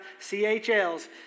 CHLs